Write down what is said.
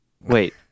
Wait